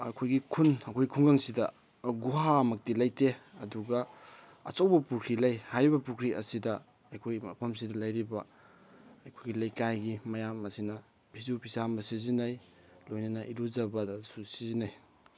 ꯑꯩꯈꯣꯏꯒꯤ ꯈꯨꯟ ꯑꯩꯈꯣꯏ ꯈꯨꯡꯒꯪꯁꯤꯗ ꯒꯨꯍꯥ ꯃꯛꯇꯤ ꯂꯩꯇꯦ ꯑꯗꯨꯒ ꯑꯆꯧꯕ ꯄꯨꯈ꯭ꯔꯤ ꯂꯩ ꯍꯥꯏꯔꯤꯕ ꯄꯨꯈ꯭ꯔꯤ ꯑꯁꯤꯗ ꯑꯩꯈꯣꯏ ꯃꯐꯝꯁꯤꯗ ꯂꯩꯔꯤꯕ ꯑꯩꯈꯣꯏꯒꯤ ꯂꯩꯀꯥꯏꯒꯤ ꯃꯌꯥꯝ ꯑꯁꯤꯅ ꯐꯤꯁꯨ ꯐꯤꯆꯥꯝꯕ ꯁꯤꯖꯤꯟꯅꯩ ꯂꯣꯏꯅꯅ ꯏꯔꯨꯖꯕꯗꯁꯨ ꯁꯤꯖꯤꯟꯅꯩ